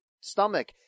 stomach